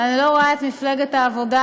ואני לא רואה את מפלגת העבודה,